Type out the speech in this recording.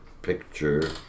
picture